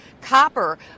copper